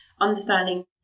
understanding